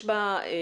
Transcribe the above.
יש לה חשיבות.